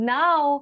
now